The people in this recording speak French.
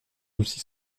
aussi